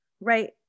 Right